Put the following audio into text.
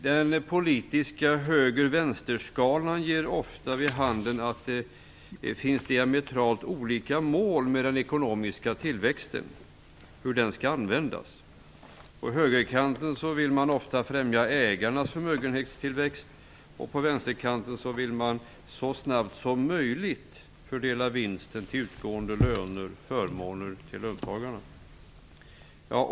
Den politiska höger-vänster-skalan ger ofta vid handen att det finns diametralt olika mål med hur den ekonomiska tillväxten skall användas. På högerkanten vill man ofta främja ägarnas förmögenhetstillväxt, och på vänsterkanten vill man så snabbt som möjligt fördela vinsten till utgående löner och förmåner till löntagarna.